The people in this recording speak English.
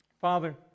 Father